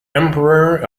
emperor